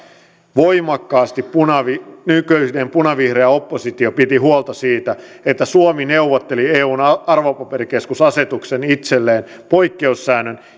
voimakkaasti nykyinen punavihreä oppositio piti huolta siitä että suomi neuvotteli eun arvopaperikeskusasetukseen itselleen poikkeussäännön